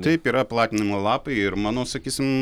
taip yra platinimo lapai ir mano sakysim